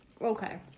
Okay